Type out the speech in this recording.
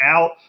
out